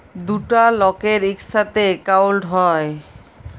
দুটা লকের ইকসাথে একাউল্ট হ্যয়